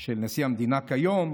של נשיא המדינה כיום,